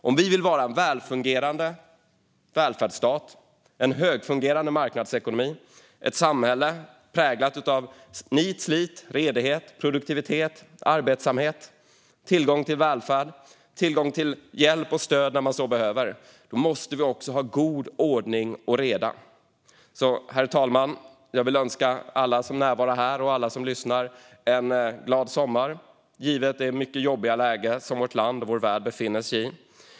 Om Sverige vill vara en välfungerande välfärdsstat, en högfungerande marknadsekonomi och ett samhälle präglat av nit, slit, redighet, produktivitet och arbetsamhet med tillgång till välfärd och hjälp och stöd för dem som behöver måste vi ha god ordning och reda. Herr talman! Jag önskar alla närvarande och alla som lyssnar en glad sommar trots det jobbiga läge som vårt land och vår värld befinner sig i.